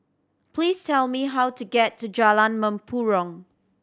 please tell me how to get to Jalan Mempurong